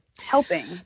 helping